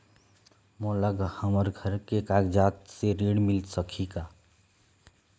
मोला हमर घर के कागजात से ऋण मिल सकही का?